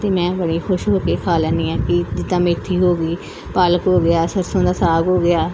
ਅਤੇ ਮੈਂ ਬੜੀ ਖੁਸ਼ ਹੋ ਕੇ ਖਾ ਲੈਂਦੀ ਹਾਂ ਕਿ ਜਿੱਦਾਂ ਮੇਥੀ ਹੋ ਗਈ ਪਾਲਕ ਹੋ ਗਿਆ ਸਰਸੋਂ ਦਾ ਸਾਗ ਹੋ ਗਿਆ